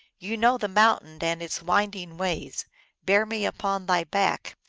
you know the mountain and its winding ways bear me upon thy back,